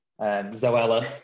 Zoella